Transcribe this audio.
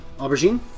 Aubergine